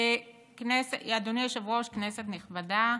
אדוני היושב-ראש, כנסת נכבדה,